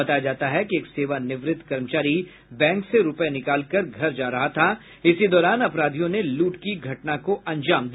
बताया जाता है कि एक सेवानिवृत कर्मचारी बैंक से रूपये निकालकर घर जा रहा था इसी दौरान अपराधियों ने लूट की घटना को अंजाम दिया